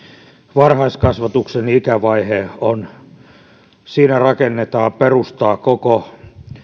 varhaiskasvatuksen ikävaiheessa rakennetaan perustaa koko